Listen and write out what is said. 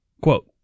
quote